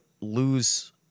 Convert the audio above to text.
lose